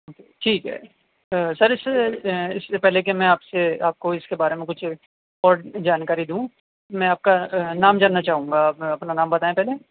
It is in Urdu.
ٹھیک ہے سر اس سے اس سے پہلے کہ میں آپ سے آپ کو اس کے بارے میں کچھ اور جانکاری دوں میں آپ کا نام جاننا چاہوں گا اپنا نام بتائیں پہلے